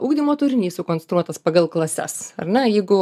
ugdymo turinys sukonstruotas pagal klases ar ne jeigu